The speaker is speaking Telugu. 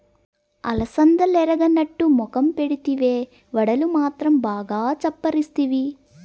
అలసందలెరగనట్టు మొఖం పెడితివే, వడలు మాత్రం బాగా చప్పరిస్తివి